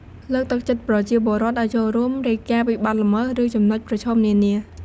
លើកទឹកចិត្តប្រជាពលរដ្ឋ ឱ្យចូលរួមរាយការណ៍ពីបទល្មើស ឬចំណុចប្រឈមនានា។